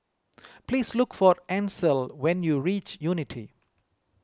please look for Ancel when you reach Unity